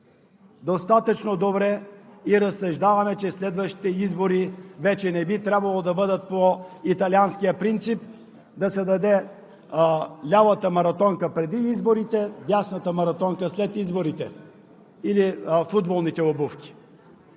достатъчно добре и разсъждаваме, че следващите избори вече не би трябвало да бъдат по италианския принцип – да се даде лявата маратонка преди изборите, а дясната – след изборите, или футболните обувки.